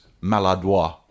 maladroit